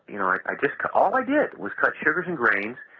you know, i i just all i did was cut sugars and grains,